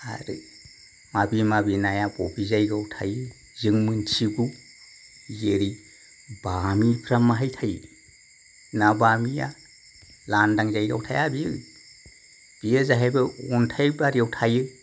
आरो माबि माबि नाया बबे जायगायाव थायो जों मिथिजोबगौ जेरै बामिफ्रा माहाय थायो ना बामिया लांदां जायगायाव थाया बियो बे जाहैबाय अन्थाय बारियाव थायो